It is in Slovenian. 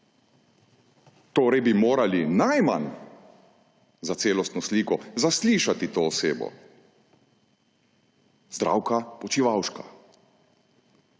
Torej bi morali najmanj za celostno sliko zaslišati to osebo – Zdravka Počivalška.